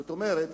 זאת אומרת,